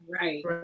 Right